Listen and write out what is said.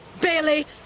Bailey